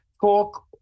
Talk